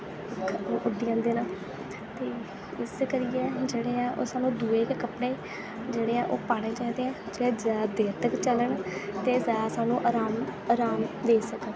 उडी जंदे न ते इस करियै जेह्ड़े ऐ चलो दुऐ गै कपड़े जेह्ड़े ऐ ओह् पाने चाहिदे ऐ जेह्ड़े जैदा देर तक चलन ते जैदा सानूं आराम देई सकै